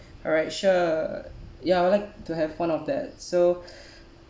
alright sure ya I would like to have one of that so